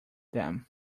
then